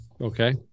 Okay